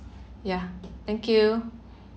ya thank you